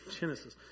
Genesis